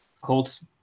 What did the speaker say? Colts